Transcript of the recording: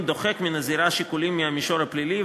דוחק מן הזירה שיקולים מהמישור הפלילי,